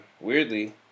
weirdly